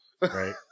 Right